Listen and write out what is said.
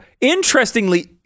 interestingly